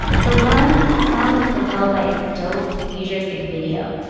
for one, the song was propelled by a dope futuristic video.